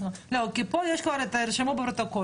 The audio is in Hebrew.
לא, כי פה יש כבר רישום פרוטוקול.